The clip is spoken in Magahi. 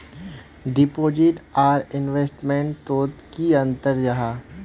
डिपोजिट आर इन्वेस्टमेंट तोत की अंतर जाहा?